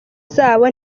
zabo